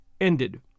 ended